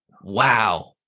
wow